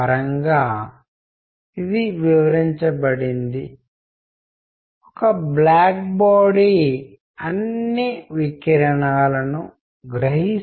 నేను ఇక్కడ హైలైట్ చేసినట్లుగా ఇవి కమ్యూనికేషన్కు సంబంధించిన కొన్ని ముఖ్యమైన సాఫ్ట్ స్కిల్స్